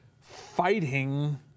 fighting